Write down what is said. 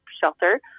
shelter